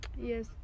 Yes